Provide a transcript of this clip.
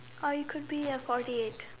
or you could be a forty eight